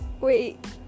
Wait